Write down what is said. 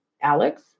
Alex